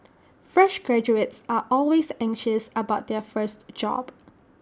fresh graduates are always anxious about their first job